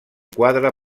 quadre